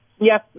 Yes